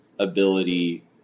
ability